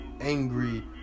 angry